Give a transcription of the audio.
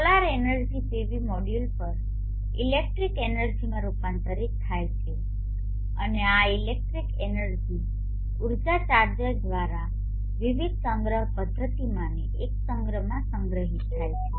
solar energy PV module પર electric એનર્જીમાં રૂપાંતરિત થાય છે અને આ ઇલેક્ટ્રિક એનર્જી ઉર્જા ચાર્જર દ્વારા વિવિધ સંગ્રહ પદ્ધતિઓમાંની એકમાં સંગ્રહિત થાય છે